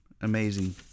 amazing